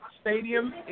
stadium